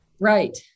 Right